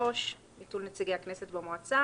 3, ביטול נציגי הכנסת במועצה